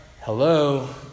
hello